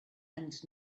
and